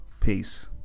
peace